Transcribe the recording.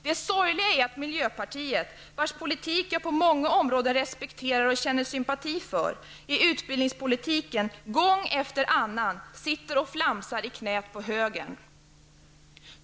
Det sorgliga är att miljöpartiet, vars politik jag på många områden respekterar och känner sympati för, i utbildningspolitiken gång efter annan sitter och flamsar i knät på högern.